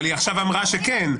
אבל היא עכשיו אמרה שכן,